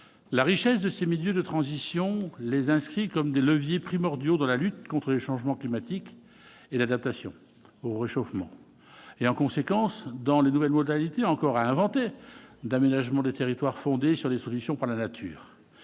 la richesse de ses milieux de transition, les inscrits comme des leviers primordiaux dans la lutte contre les changements climatiques et l'adaptation au réchauffement et en conséquence dans les nouvelles modalités encore à inventer d'aménagement de territoire, fondée sur des solutions pour la nature,